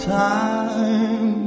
time